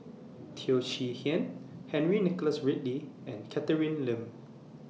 Teo Chee Hean Henry Nicholas Ridley and Catherine Lim